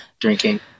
drinking